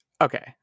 Okay